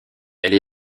elle